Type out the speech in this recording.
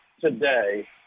today